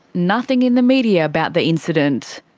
nothing in the media about the incident,